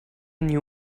new